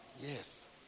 Yes